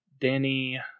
Danny